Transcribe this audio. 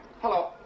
Hello